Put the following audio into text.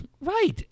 Right